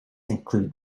include